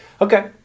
Okay